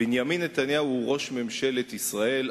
בנימין נתניהו הוא ראש ממשלת ישראל,